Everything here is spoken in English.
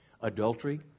adultery